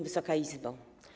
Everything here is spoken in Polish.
Wysoka Izbo!